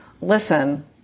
listen